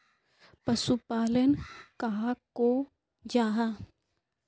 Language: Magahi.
पशुपालन कहाक को जाहा?